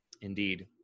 Indeed